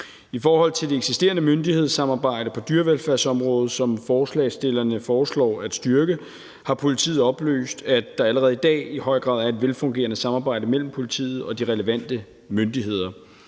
I forhold til det eksisterende myndighedssamarbejde på dyrevelfærdsområdet, som forslagsstillerne foreslår at styrke, har politiet oplyst, at der allerede i dag i høj grad er et velfungerende samarbejde mellem politiet og de relevante myndigheder.